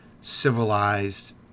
civilized